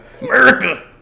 America